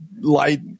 light